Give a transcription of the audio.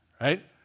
right